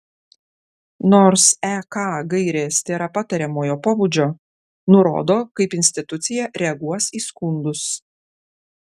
nors ek gairės tėra patariamojo pobūdžio nurodo kaip institucija reaguos į skundus